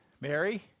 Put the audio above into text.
Mary